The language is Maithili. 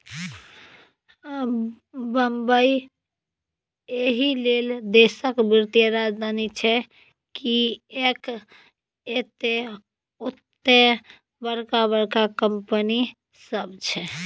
बंबई एहिलेल देशक वित्तीय राजधानी छै किएक तए ओतय बड़का बड़का कंपनी सब छै